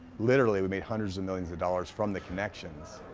literally, we made hundreds of millions of dollars from the connections,